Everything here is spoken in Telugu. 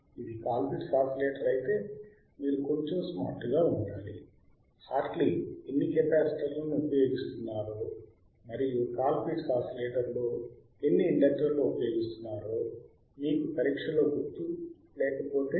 ఇది కాల్ పిట్స్ ఆసిలేటర్ అయితే మీరు కొంచెం స్మార్ట్గా ఉండాలి హార్ట్లీ ఎన్ని కెపాసిటర్లను ఉపయోగిస్తున్నారో మరియు కాల్ పిట్స్ ఆసిలేటర్ లో ఎన్ని ఇండక్తర్లు ఉపయోగిస్తున్నారో మీకు పరీక్షలో గుర్తులేకపోతే